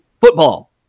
football